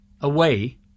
away